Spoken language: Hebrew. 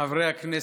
חברי הכנסת,